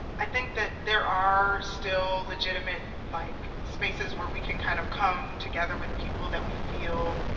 i think that there are still legitimate like spaces where we can kind of come together with people that we feel